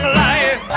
life